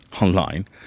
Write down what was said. online